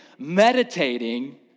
meditating